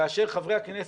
כאשר חברי הכנסת,